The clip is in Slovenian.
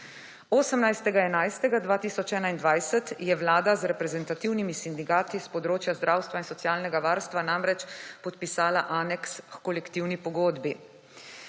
18. 11. 2021 je vlada z reprezentativnimi sindikati s področja zdravstva in socialnega varstva namreč podpisala aneks h kolektivni pogodbi.